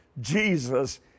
Jesus